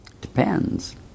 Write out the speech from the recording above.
Depends